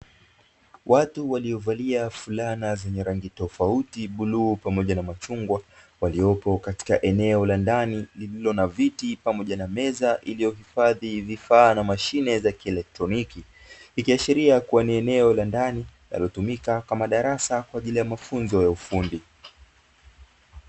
Watu waliovalia fulana zenye rangi tofauti bluu pamoja na machungwa waliopo katika eneo la ndani lililo na viti pamoja na meza iliyohifadhi vifaa na mashine za kielektroniki, ikiashiria kuwa ni eneo la ndani linalotumika kama darasa kwa ajili mafunzo ya ufundi.